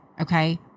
Okay